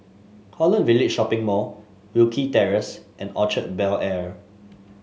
Holland Village Shopping Mall Wilkie Terrace and Orchard Bel Air